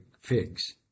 figs